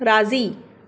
राज़ी